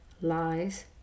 lies